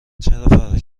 فرار